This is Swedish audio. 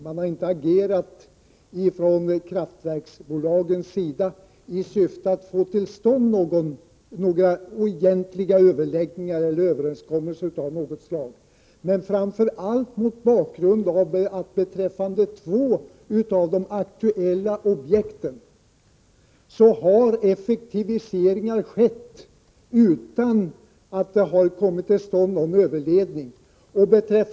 Man har från kraftverksbolagens sida inte agerat i syfte att få till stånd några egentliga överläggningar eller överenskommelser av något slag. Men den främsta orsaken är att det vid två av de aktuella objekten har skett effektiviseringar utan att någon överledning har gjorts.